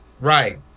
Right